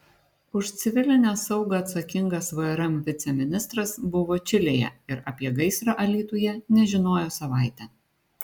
už civilinę saugą atsakingas vrm viceministras buvo čilėje ir apie gaisrą alytuje nežinojo savaitę